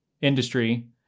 industry